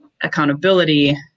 accountability